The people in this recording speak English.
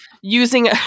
using